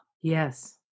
Yes